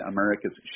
America's